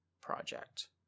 project